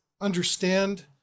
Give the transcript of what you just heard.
understand